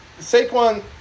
Saquon